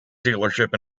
dealership